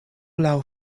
laŭ